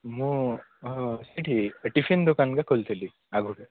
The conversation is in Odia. ମୁଁ ଏଠି ଟିଫିନ୍ ଦୋକାନ ଏକା ଖୋଲିଥିଲି ଆଗରୁ